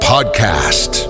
podcast